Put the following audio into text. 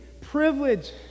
privilege